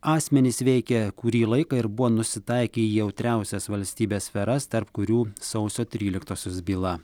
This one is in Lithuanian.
asmenys veikė kurį laiką ir buvo nusitaikę į jautriausias valstybės sferas tarp kurių sausio tryliktosios byla